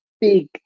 big